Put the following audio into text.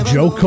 Joe